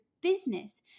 business